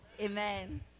Amen